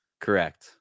Correct